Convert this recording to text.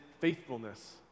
faithfulness